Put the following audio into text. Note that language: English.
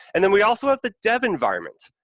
and then we also have the dev environment.